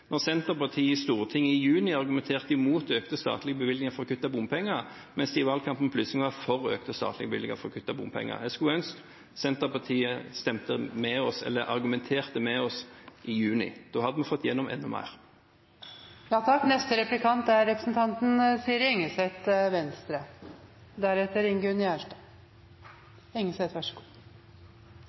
når Senterpartiet i Stortinget i juni argumenterte mot økte statlige bevilgninger for å kutte bompenger, mens de i valgkampen plutselig var for økte statlige bevilgninger for å kutte bompenger. Jeg skulle ønske at Senterpartiet argumenterte med oss i juni. Da hadde man fått gjennom enda mer. Jeg ble så